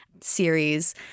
series